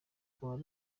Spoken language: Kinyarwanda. hari